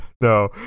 No